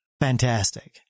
fantastic